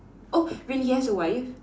oh really he has a wife